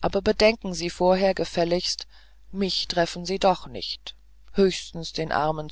aber bedenken sie vorher gefälligst mich treffen sie doch nicht höchstens den armen